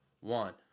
One